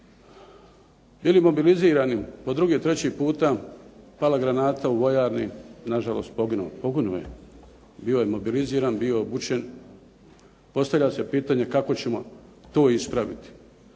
ili mobilizirani po drugi i treći puta, pala granata u vojarni, nažalost poginuo je. Bio je mobiliziran, bio je obučen. Postavlja se pitanje kako ćemo to ispraviti.